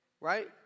Right